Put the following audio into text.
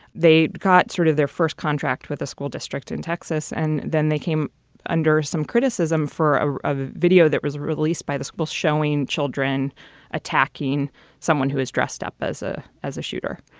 they got sort of their first contract with the school district in texas. and then they came under some criticism for a video that was released by the school showing children attacking someone who is dressed up as a as a shooter,